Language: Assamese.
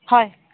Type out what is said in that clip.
হয়